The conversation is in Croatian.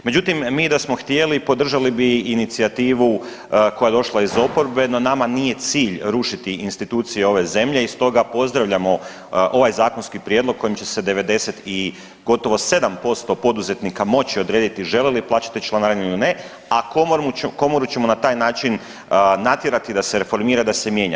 Međutim, mi i da smo htjeli, podržali bi inicijativu koja je došla iz oporbe, no nama nije cilj rušiti institucije ove zemlje i stoga pozdravljamo ovaj zakonski prijedlog kojim će se 90 i, gotovo 7% poduzetnika moći odrediti žele li plaćati članarinu ili ne, a Komoru ćemo na taj način natjerati da se reformira i da se mijenja.